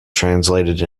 translated